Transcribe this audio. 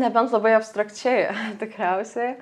nebent labai abstrakčiai tikriausiai